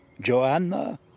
Joanna